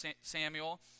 Samuel